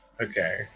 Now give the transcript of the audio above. Okay